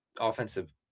offensive